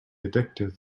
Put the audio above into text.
addictive